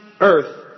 earth